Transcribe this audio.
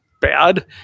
bad